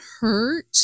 hurt